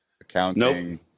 accounting